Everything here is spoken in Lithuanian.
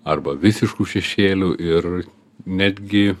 arba visišku šešėliu ir netgi